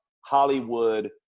Hollywood